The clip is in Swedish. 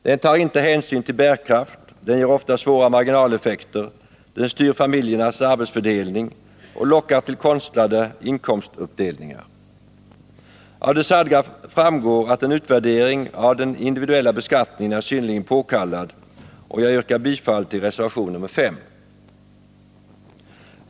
Den tar inte hänsyn till bärkraft, den ger ofta svåra marginaleffekter, den styr familjernas arbetsfördelning och lockar till konstlade inkomstuppdelningar. Av det sagda framgår att en utvärdering av den individuella beskattningen är synnerligen påkallad, och jag yrkar bifall till reservation 4 i skatteutskottets betänkande.